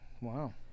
Wow